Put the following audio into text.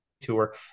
tour